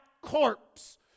corpse